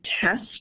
test